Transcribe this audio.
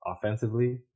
offensively